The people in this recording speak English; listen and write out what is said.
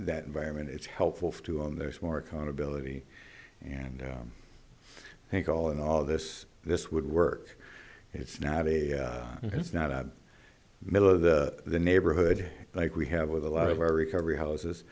that environment it's helpful to him there's more accountability and i think all in all this this would work it's not a it's not a middle of the neighborhood like we have with a lot of our recovery houses